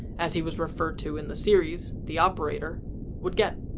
as he was referred to in the series, the operator would get.